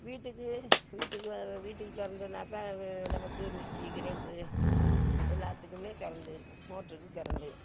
வீட்டுக்கு வீட்டுக்கு வர வீட்டுக்கு கரண்ட்டுனாக்கா நமக்கு மிக்சி கெரைண்டரு எல்லாத்துக்குமே கரண்ட்டு மோட்டருக்கு கரண்ட்டு